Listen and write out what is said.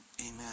amen